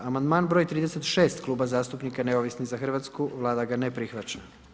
Amandman broj 36 Kluba zastupnika Neovisni za Hrvatsku, Vlada ga ne prihvaća.